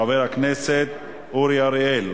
חבר הכנסת אורי אריאל.